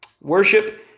Worship